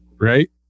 right